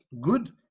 good